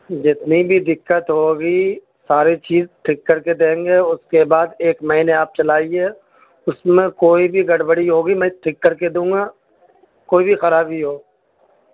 جتنی بھی دقت ہوگی ساری چیز ٹھیک کرکے دیں گے اس کے بعد ایک مہینے آپ چلائیے اس میں کوئی بھی گڑبڑی ہوگی میں ٹھیک کر کے دوں گا کوئی بھی خرابی ہو